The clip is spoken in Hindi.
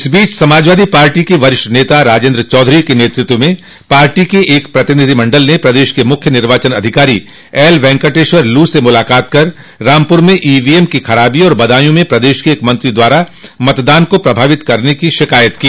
इस बीच सपा के वरिष्ठ नेता राजेन्द्र चौधरी के नेतृत्व में पार्टी के प्रतिनिधि मंडल ने प्रदेश के मुख्य निर्वाचन अधिकारी एल वेंकटेश्वर लू से मुलाकात कर रामपुर में ईवीएम की खराबी तथा बदायू में प्रदेश के एक मंत्री द्वारा मतदान को प्रभावित करने की शिकायत की